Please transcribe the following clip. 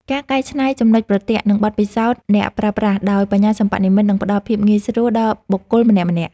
ការកែច្នៃចំណុចប្រទាក់ និងបទពិសោធន៍អ្នកប្រើប្រាស់ ដោយ បញ្ញាសិប្បនិម្មិត នឹងផ្ដល់ភាពងាយស្រួលដល់បុគ្គលម្នាក់ៗ។